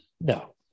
No